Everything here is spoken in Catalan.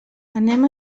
anem